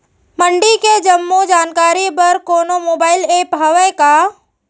मंडी के जम्मो जानकारी बर कोनो मोबाइल ऐप्प हवय का?